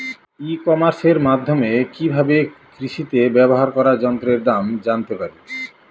ই কমার্সের মাধ্যমে কি ভাবে কৃষিতে ব্যবহার করা যন্ত্রের দাম জানতে পারি?